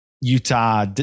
Utah